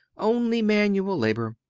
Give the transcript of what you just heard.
only manual labor.